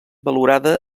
valorada